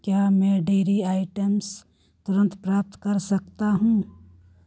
क्या मैं dairy items तुरंत प्राप्त कर सकता हूँ